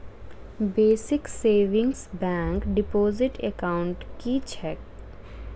Basic savings bank deposit account की छैक?